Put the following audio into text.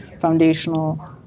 foundational